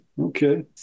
Okay